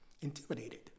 intimidated